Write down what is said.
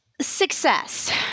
success